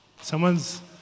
Someone's